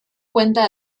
cuenta